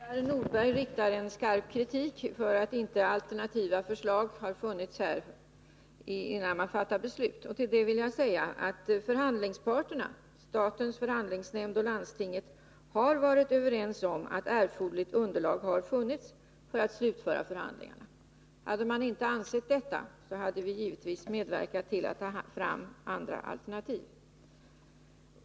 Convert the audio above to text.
Fru talman! Ivar Nordberg riktar skarp kritik mot att det inte har funnits alternativa förslag, innan riksdagen fattar beslut. Till det vill jag säga att förhandlingsparterna, statens förhandlingsnämnd och landstinget, har varit överens om att erforderligt underlag har funnits för att slutföra förhandlingarna. Hade man inte ansett detta, hade vi givetvis medverkat till att ta fram andra alternativ.